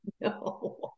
No